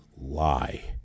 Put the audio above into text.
lie